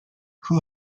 who